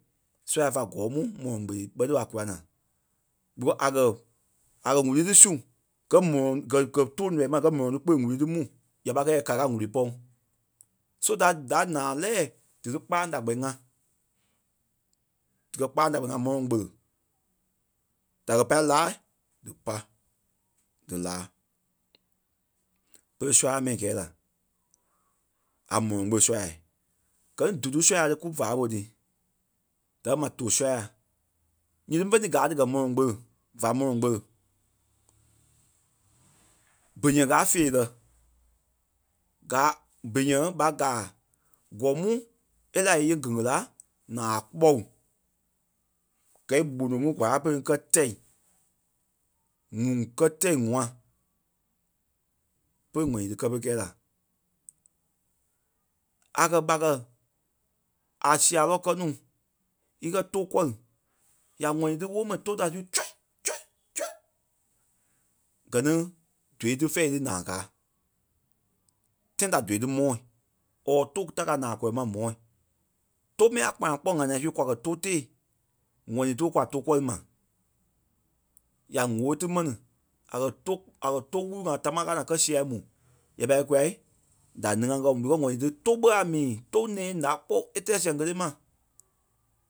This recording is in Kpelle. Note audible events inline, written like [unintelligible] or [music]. Sɔ́ya fa ŋ̀gɔɔ mu mɔlɔŋ kpele ɓɛ ti a kula. Because a kɛ̀ a kɛ̀ ŋ̀úrui ti su gɛ́ mɔlɔŋ gɛ́ gɛ́ tóo nɔii ma gɛ́ mɔlɔŋ ti kpele ŋ̀úrui mu, ya pai kɛi yɛ ka kàa ŋ̀úrui pɔn. So da da naa lɛɛ dí lí kpâlaŋ da kpɛni ŋa dikɛ kpâlaŋ da kpɛni ŋa mɔlɔŋ kpele da kɛ́ pai laa dípa dí laa. Berei ɓé sɔ́ya mɛni kɛɛ la, a mɔlɔŋ kpele sɔ́ya. Gɛ ni dúdu sɔ́ya tí kú vaa ɓo ti dikɛ ma tóo sɔ́ya nyiti vé ni gaa ti gɛ́ mɔlɔŋ kpele va mɔlɔŋ kpele. Bíûŋ káa feerɛ. Kaa bíûŋ ɓa gaa gɔ̂ŋ mu e lɛ́ɛ zu a lɛ́ɛ gegee la naa a kpɔlu. Gɛ̂i gbono ŋi kwára pere kɛ tɛi, ŋuŋ kɛtɛi ŋ̀ua pe ŋ̀ɔ dí kɛ́ pere kɛɛ la. A kɛ̀ ɓa kɛ̀ a sia lɔɔ kɛ́ núu í kɛ̀ tou kɔri ya ŋɔni ti woo mɛni tou da tre tre tre gɛ ni tou ti fɛ̂ɛ dí naa gaa. Tãi ta dou ti mɔ̂i or tou ta kaa naa kɔlɔ ma mɔ̂i. Tou mɛni a kpanaŋ kpɔ́ ŋanaa su kwa kɛ tou tée ŋɔni ti kwa tou kɔri ma, Ya ŋ̀óo ti mɛni a kɛ̀ tou a kɛ̀ tou wúru ŋai tamaa káa naa kɛ sia mu. Ya pai kula da [unintelligible] because ŋɔni ti tou ɓe a mii. Tou nɛ̃ɛ ǹá kpɔ́ e tɛɛ sɛŋ kélee ma.